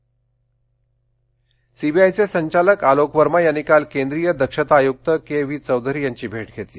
दक्षता आयोग सीबीआयचे संचालक आलोक वर्मा यांनी काल केंद्रीय दक्षता आयुक्त के व्ही चौधरी यांची भेट घेतली